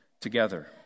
together